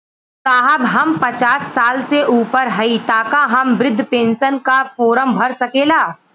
साहब हम पचास साल से ऊपर हई ताका हम बृध पेंसन का फोरम भर सकेला?